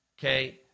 okay